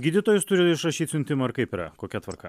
gydytojus turi išrašyt siuntimą ar kaip yra kokia tvarka